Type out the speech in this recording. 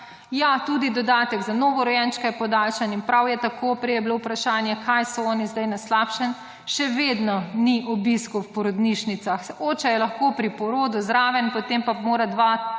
Ja, tudi dodatek za novorojenčke je podaljšan in prav je tako. Prej je bilo vprašanje, kaj so oni zdaj na slabšem. Še vedno ni obiskov v porodnišnicah. Oče je lahko pri porodu zraven, potem pa mora 2,